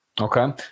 Okay